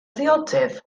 ddiodydd